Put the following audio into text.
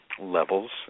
levels